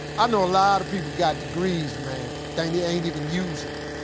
i know a lot of people got degrees, man, they they ain't even using them.